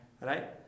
Right